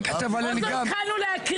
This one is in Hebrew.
הזה, כי